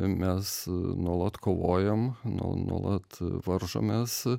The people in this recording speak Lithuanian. mes nuolat kovojam nuolat varžomės